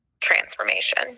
transformation